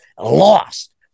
lost